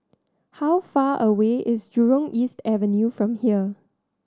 how far away is Jurong East Avenue from here